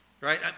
right